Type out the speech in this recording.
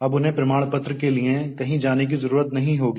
अब उन्हें प्रमाण पत्र के लिए कहीं जाने की जरूरत नहीं होगी